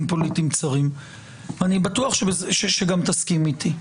פוליטיים צרים ואני בטוח שגם תסכים איתי.